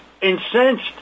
incensed